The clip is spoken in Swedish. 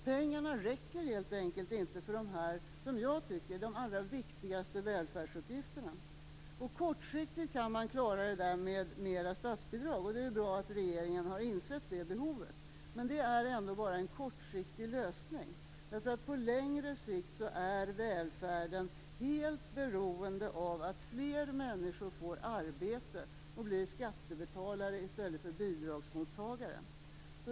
Pengarna räcker helt enkelt inte till de, som jag tycker, allra viktigaste välfärdsuppgifterna. Kortsiktigt kan man klara det med mer statsbidrag. Det är bra att regeringen har insett det behovet. Men det är ändå bara en kortsiktig lösning. På längre sikt är välfärden helt beroende av att fler människor får arbete och blir skattebetalare i stället för bidragsmottagare.